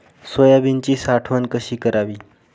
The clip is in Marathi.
सोयाबीनची साठवण कशी करावी?